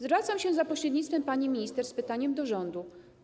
Zwracam się za pośrednictwem pani minister z pytaniem do rządu: